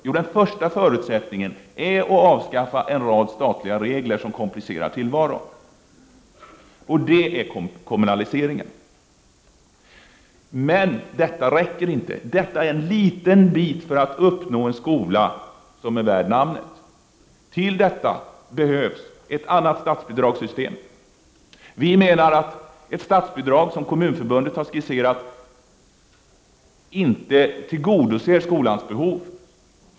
Jo, det är att avskaffa en rad statliga regler som komplicerar tillvaron, och det är kommunaliseringen. Men detta räcker inte. Detta är en liten bit för att uppnå en skola som är värd namnet. Till detta behövs ett annat statsbidragssystem. Vi menar att ett statsbidrag som Kommunförbundet har skisserat inte tillgodoser skolans behov.